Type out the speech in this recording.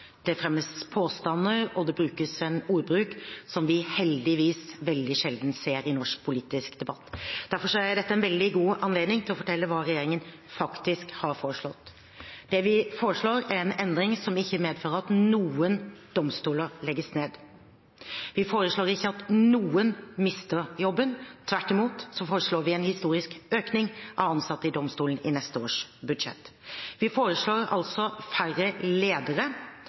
det fremmes påstander, og det er en ordbruk som vi heldigvis veldig sjelden ser i norsk politisk debatt. Derfor er dette en veldig god anledning til å fortelle hva regjeringen faktisk har foreslått. Det vi foreslår, er en endring som ikke medfører at noen domstoler legges ned. Vi foreslår ikke at noen mister jobben – tvert imot foreslår vi en historisk økning av antall ansatte i domstolene i neste års budsjett. Vi foreslår altså færre ledere,